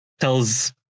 tells